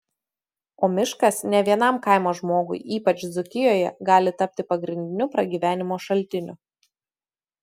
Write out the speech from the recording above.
o miškas ne vienam kaimo žmogui ypač dzūkijoje gali tapti pagrindiniu pragyvenimo šaltiniu